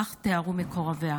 כך תיארו מקורביה.